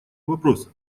вопроса